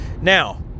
Now